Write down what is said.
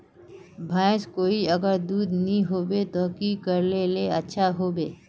भैंस कोई अगर दूध नि होबे तो की करले ले अच्छा होवे?